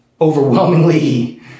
overwhelmingly